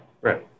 Right